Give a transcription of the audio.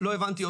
לא הבנתי.